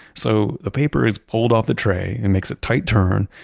so the paper is pulled off the tray, and makes a tight turn,